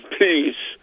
peace